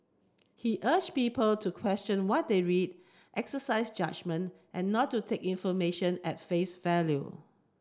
he urged people to question what they read exercise judgement and not to take information at face value